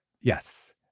yes